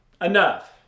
enough